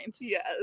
Yes